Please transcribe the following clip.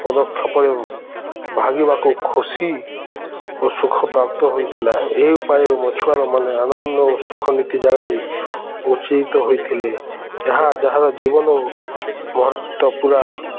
ପଦକ୍ଷପରେ ଭାଗିବାକୁ ଖୁସି ଓ ସୁଖପ୍ରାପ୍ତ ହୋଇଥିଲା ଏହି ଉପାୟରୁ ମଛୁଆର ମାନେ ଆନନ୍ଦ ଓ ସୁଖନୀତି ଜାଗାରେ ଉଚିତ୍ ହୋଇଥିଲେ ଏହା ଯାହାର ଜୀବନ ମହତ୍ତ୍ୱ ପୁରା